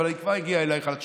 אבל אני כבר אגיע אלייך, לתשובה.